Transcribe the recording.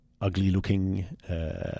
ugly-looking